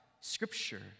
Scripture